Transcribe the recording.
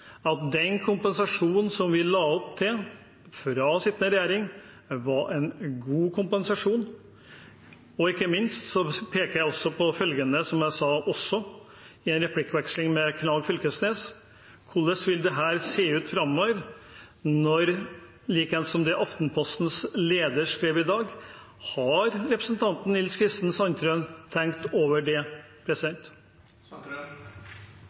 at den kompensasjonen som vi la opp til, fra sittende regjering, var en god kompensasjon. Ikke minst peker jeg på følgende, som jeg også sa i en replikkveksling med Knag Fylkesnes: Hvordan vil dette se ut framover, med tanke på det Aftenpostens leder skrev i dag? Har representanten Nils Kristen Sandtrøen tenkt over det?